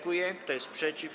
Kto jest przeciw?